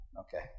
Okay